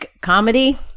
Comedy